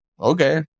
okay